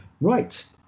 Right